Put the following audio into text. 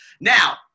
Now